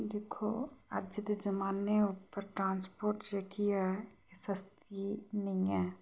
दिक्खो अज्ज दे जमाने उप्पर ट्रांसपोर्ट जेह्की ऐ एह् सस्ती नेईं ऐ